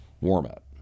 warm-up